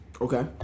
Okay